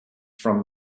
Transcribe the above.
from